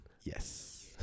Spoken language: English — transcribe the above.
Yes